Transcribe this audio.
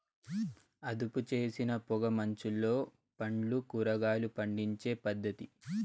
అదుపుచేసిన పొగ మంచులో పండ్లు, కూరగాయలు పండించే పద్ధతి